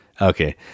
Okay